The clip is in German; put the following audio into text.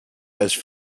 gleich